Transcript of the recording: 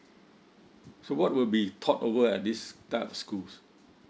so what would be taught over at this type of schools